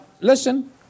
listen